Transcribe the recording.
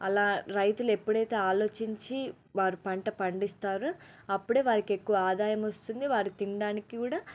అలా రైతులు ఎప్పుడైతే ఆలోచించి వారు పంట పండిస్తారో అప్పుడే వారికి ఎక్కువ ఆదాయం వస్తుంది వారు తినడానికి గూడా